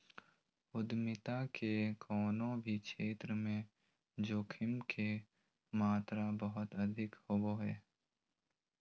उद्यमिता के कउनो भी क्षेत्र मे जोखिम के मात्रा बहुत अधिक होवो हय